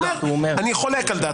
אני אומר: אני חולק על דעתך.